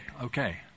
okay